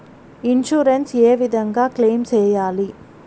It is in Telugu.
ఇన్సూరెన్సు ఏ విధంగా క్లెయిమ్ సేయాలి?